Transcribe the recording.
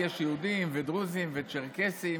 יש יהודים ודרוזים וצ'רקסים,